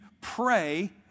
pray